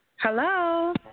Hello